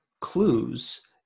clues